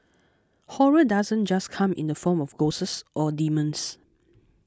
horror doesn't just come in the form of ghosts or demons